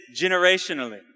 generationally